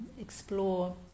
explore